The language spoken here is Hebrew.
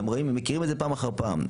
אתם מכירים את זה פעם אחר פעם.